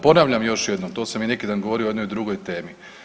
Ponavljam još jednom, to sam i neki dan govorio o jednoj drugoj temi.